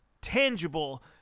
tangible